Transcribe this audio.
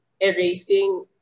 erasing